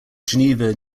geneva